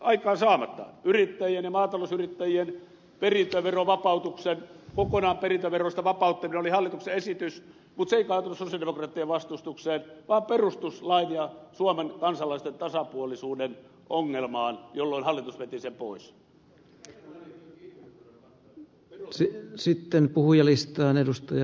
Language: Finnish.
yrittäjien ja maatalousyrittäjien vapauttaminen kokonaan perintöverosta oli hallituksen esityksenä mutta se ei kaatunut sosialidemokraattien vastustukseen vaan perustuslain ja suomen kansalaisten tasapuolisuuden ongelmaan jolloin hallitus veti sen pois